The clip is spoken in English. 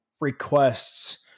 requests